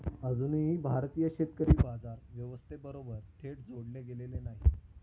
अजूनही भारतीय शेतकरी बाजार व्यवस्थेबरोबर थेट जोडले गेलेले नाहीत